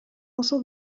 oso